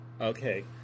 Okay